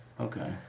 Okay